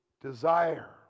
desire